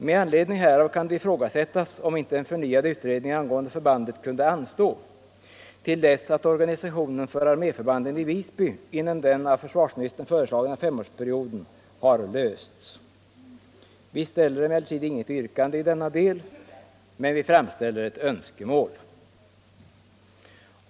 Med anledning härav kan det ifrågasättas om inte en förnyad utredning angående förbandet kunde anstå till dess att organsiationen för arméförbanden i Visby inom den av försvarsministern föreslagna femårsperioden har fastställts. Vi har emellertid inget yrkande i denna del, men vi framställer ett önskemål.